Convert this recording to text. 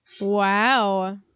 Wow